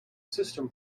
system